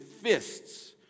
fists